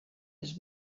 les